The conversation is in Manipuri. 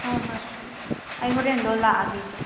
ꯍꯣꯏ ꯍꯣꯏ ꯑꯩ ꯍꯣꯔꯦꯟꯗꯣ ꯂꯥꯛꯑꯒꯦ ꯏꯆꯦ